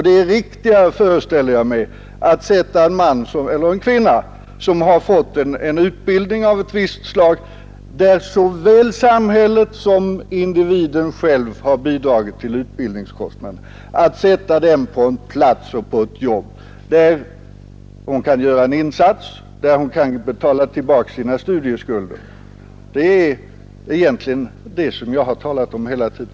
Det är riktigare, föreställer jag mig, att sätta en man eller en kvinna som har fått en utbildning av ett visst slag — där såväl samhället som individen har bidragit till utbildningskostnaderna — på ett jobb där han eller hon kan göra en insats och då även kan betala sina studieskulder. Det är egentligen detta som jag har talat om hela tiden.